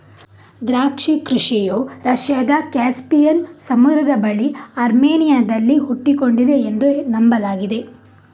ದ್ರಾಕ್ಷಿ ಕೃಷಿಯು ರಷ್ಯಾದ ಕ್ಯಾಸ್ಪಿಯನ್ ಸಮುದ್ರದ ಬಳಿ ಅರ್ಮೇನಿಯಾದಲ್ಲಿ ಹುಟ್ಟಿಕೊಂಡಿದೆ ಎಂದು ನಂಬಲಾಗಿದೆ